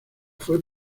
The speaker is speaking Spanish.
fue